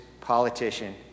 politician